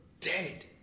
dead